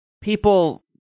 people